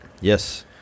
Yes